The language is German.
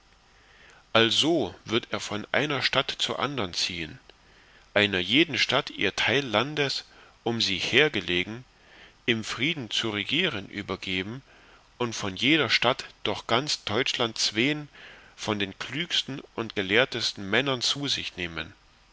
also wird er von einer stadt zur andern ziehen einer jeden stadt ihr teil landes um sie her gelegen im frieden zu regieren übergeben und von jeder stadt durch ganz teutschland zween von den klügsten und gelehrtesten männern zu sich nehmen